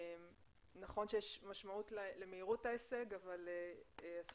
נכון שיש משמעות למהירות ההישג אבל לא